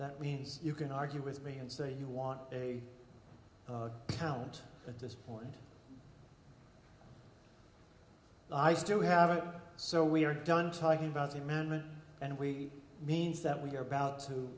that means you can argue with me and say you want a count at this point i still have it so we're done talking about the amendment and we means that we're about to